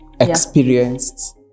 experienced